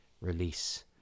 release